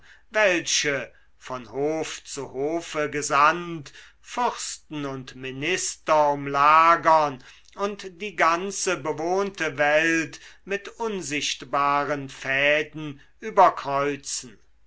welche von hof zu hofe gesandt fürsten und minister umlagern und die ganze bewohnte welt mit unsichtbaren fäden überkreuzen